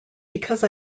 because